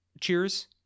Cheers